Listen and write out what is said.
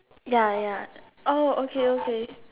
ya ya oh okay okay